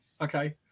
okay